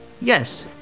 yes